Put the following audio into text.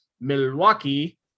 Milwaukee